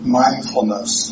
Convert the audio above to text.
mindfulness